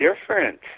different